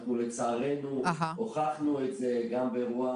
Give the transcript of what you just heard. אנחנו לצערנו הוכחנו את זה גם באירוע